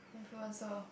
influencer